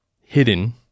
hidden